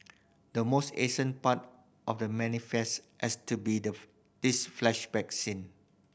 the most ancient part of The Manifest has to be the this flashback scene